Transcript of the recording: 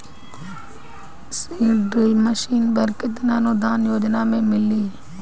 Seed drill machine पर केतना अनुदान योजना में मिली?